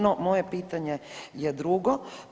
No moje pitanje je drugo.